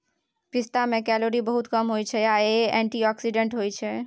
पिस्ता मे केलौरी बहुत कम होइ छै आ इ एंटीआक्सीडेंट्स होइ छै